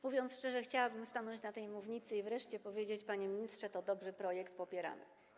Mówiąc szczerze, chciałabym stanąć na tej mównicy i wreszcie powiedzieć: panie ministrze, to dobry projekt, popieramy go.